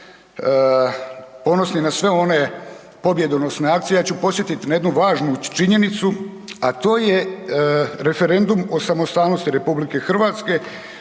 ponosni na sve one pobjedonosne akcije, ja ću podsjetit na jednu važnu činjenicu, a to je referendum o samostalnosti RH koji se